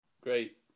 Great